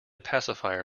pacifier